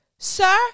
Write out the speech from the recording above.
sir